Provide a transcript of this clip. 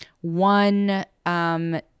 one